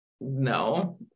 no